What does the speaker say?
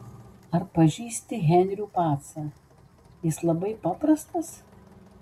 ar pažįsti henrių pacą jis labai paprastas